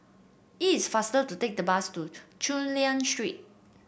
is faster to take the bus to Chulia Street